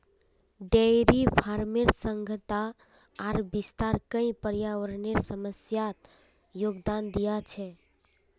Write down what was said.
dairy फार्मेर सघनता आर विस्तार कई पर्यावरनेर समस्यात योगदान दिया छे